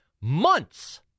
months